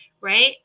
right